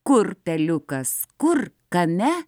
kur peliukas kur kame